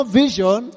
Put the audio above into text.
vision